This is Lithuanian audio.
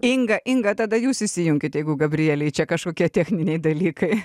inga inga tada jūs įsijunkit jeigu gabrielei čia kažkokie techniniai dalykai